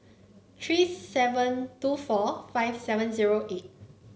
three seven two four five seven zero eight